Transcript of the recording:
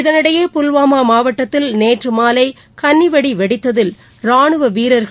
இதனிடையே புல்வாமாமாவட்டத்திலநேற்றுமாலைகன்னிவெடிவெடித்ததிலராணுவவீரர்